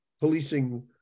policing